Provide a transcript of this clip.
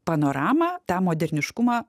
panoramą tą moderniškumą